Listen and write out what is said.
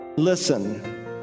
listen